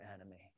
enemy